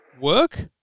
work